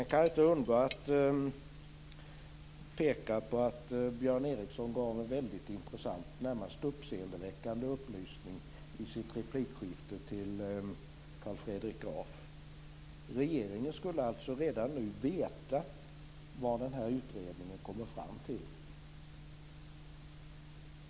Jag kan inte undgå att peka på att Björn Ericson gav en väldigt intressant och närmast uppseendeväckande upplysning i sitt replikskifte med Carl Fredrik Graf. Regeringen skulle alltså redan nu veta vad utredningen kommer fram till.